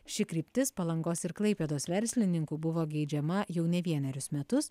ši kryptis palangos ir klaipėdos verslininkų buvo geidžiama jau ne vienerius metus